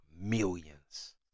millions